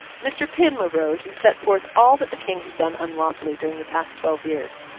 mr. pym arose and set forth all that the king had done unlawfully during the past twelve years,